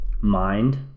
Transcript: Mind